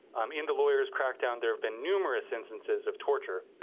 um in the lawyers crackdown there have been numerous incidences of torture,